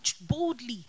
boldly